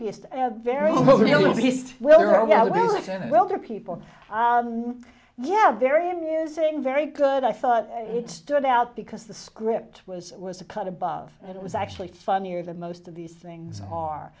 biggest and very well there are people yeah very amusing very good i thought it stood out because the script was it was a cut above and it was actually funny or the most of these things are